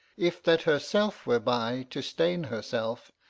if that her self were by to stain her self,